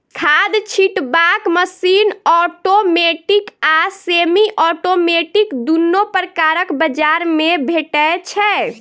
खाद छिटबाक machine automatic आ सेमी औटोमेटिक दुनू प्रकारक बजार मे भेटै छै